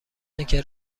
اینکه